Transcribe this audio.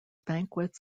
banquets